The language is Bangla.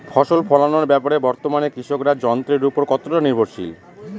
ফসল ফলানোর ব্যাপারে বর্তমানে কৃষকরা যন্ত্রের উপর কতটা নির্ভরশীল?